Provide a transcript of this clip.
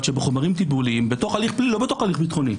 שבחומרים טיפוליים - בתוך ההליך הפלילי